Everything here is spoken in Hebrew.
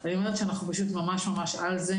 אני אומרת שאנחנו פשוט ממש-ממש על זה